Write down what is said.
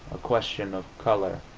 a question of color.